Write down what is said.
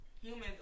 Humans